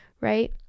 right